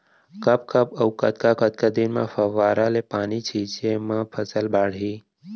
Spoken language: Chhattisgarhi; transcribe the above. कब कब अऊ कतका कतका दिन म फव्वारा ले पानी छिंचे म फसल बाड़ही?